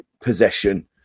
possession